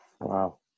Wow